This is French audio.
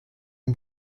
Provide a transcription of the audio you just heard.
ont